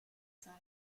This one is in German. zeit